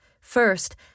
First